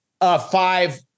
five